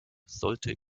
sollte